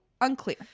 unclear